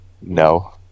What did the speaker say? no